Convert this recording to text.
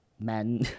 men